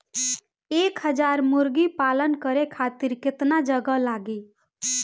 एक हज़ार मुर्गी पालन करे खातिर केतना जगह लागी?